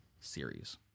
series